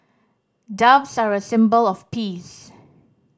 doves are a symbol of peace